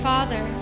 Father